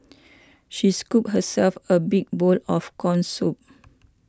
she scooped herself a big bowl of Corn Soup